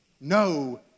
No